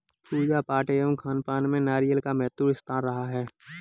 पूजा पाठ एवं खानपान में नारियल का महत्वपूर्ण स्थान रहा है